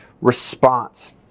response